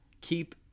keep